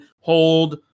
hold